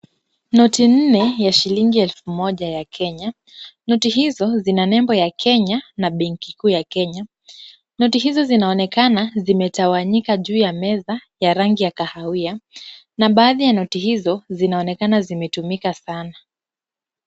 Noti nne ya shilingi elfu moja ya Kenya, noti hizo zina nembo ya Kenya na benki kuu ya Kenya. Noti hizo zinaonekana zimetawanyika juu ya meza ya rangi ya kahawia na baadhi ya noti hizo zinaonekana zimetumika sana.